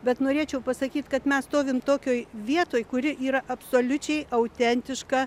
bet norėčiau pasakyt kad mes stovim tokioj vietoj kuri yra absoliučiai autentiška